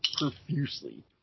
profusely